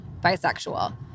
bisexual